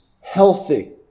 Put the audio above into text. healthy